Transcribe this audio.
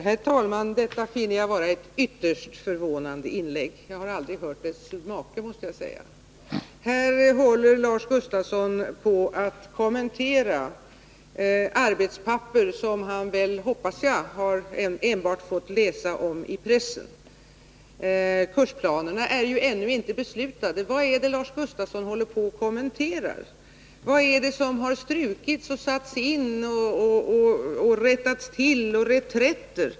Herr talman! Det senaste inlägget finner jag vara ytterst förvånande. Jag har aldrig hört något liknande, måste jag säga. Här håller Lars Gustafsson på att kommentera arbetspapper som han väl — hoppas jag — enbart har fått läsa om i pressen. Kursplanerna är ju ännu inte beslutade. Vad är det som Lars Gustafsson håller på att kommentera? Vad är det som har strukits och satts in och rättats till och vad är det för reträtter?